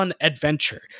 Adventure